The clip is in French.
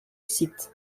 site